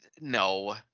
no